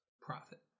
profit